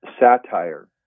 satire